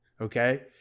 okay